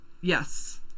Yes